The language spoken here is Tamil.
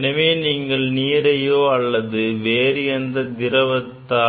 எனவே நீங்கள் நீரையோ அல்லது வேறு எந்த திரவத்தை